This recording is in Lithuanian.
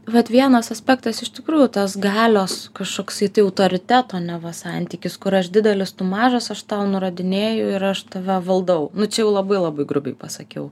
vat vienas aspektas iš tikrųjų tas galios kašoksai tai autoriteto neva santykis kur aš didelis tu mažas aš tau nurodinėju ir aš tave valdau nu labai labai grubiai pasakiau